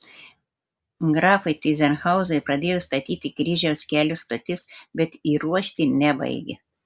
grafai tyzenhauzai pradėjo statyti kryžiaus kelio stotis bet įruošti nebaigė